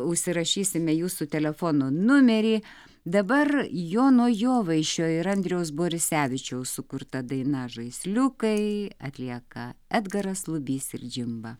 užsirašysime jūsų telefono numerį dabar jono jovaišio ir andriaus borisevičiaus sukurta daina žaisliukai atlieka edgaras lubys ir džimba